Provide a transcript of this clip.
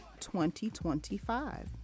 2025